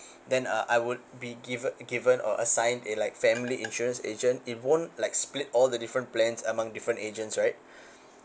then uh I would be given given or assigned a like family insurance agent it won't like split all the different plans among different agents right